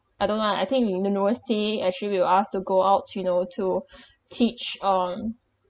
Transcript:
I don't know lah I think in university actually we were asked to go out you know to teach um